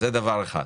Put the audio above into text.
זה דבר אחד.